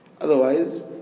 Otherwise